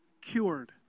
Cured